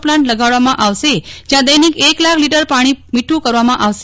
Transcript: plant લગાડવામાં આવશે જ્યાં દૈનિક એક લાખ લિટર પાણી મીઠું કરવામાં આવશે